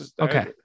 Okay